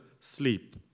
sleep